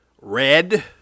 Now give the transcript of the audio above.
red